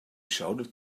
shouted